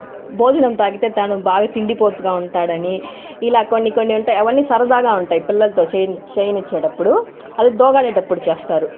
భోజనం తాకితే తను బాగా తిండిపోతుగా ఉంటాడని ఇలా కొన్ని కొన్ని ఉంటాయి అవన్నీ సరదాగా ఉంటాయి పిలల్లతో చేయించే చేయించేటప్పుడు అవి దోగాడేటప్పుడు చేస్తారు